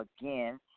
again